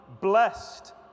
blessed